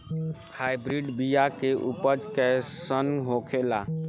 Hybrid बीया के उपज कैसन होखे ला?